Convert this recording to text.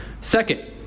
Second